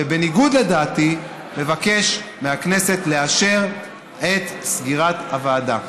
ובניגוד לדעתי מבקש מהכנסת לאשר את סגירת הוועדה.